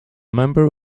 member